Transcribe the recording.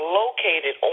located